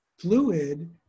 fluid